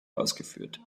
ausgeführt